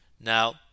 Now